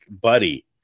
buddy